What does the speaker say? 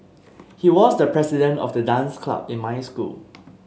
he was the president of the dance club in my school